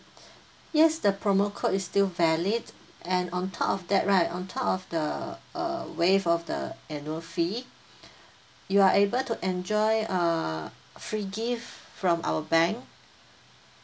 yes the promo code is still valid and on top of that right on top of the uh waive of the annual fee you are able to enjoy a free gift from our bank